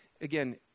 again